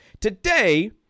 Today